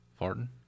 Farting